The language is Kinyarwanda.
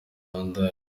uganda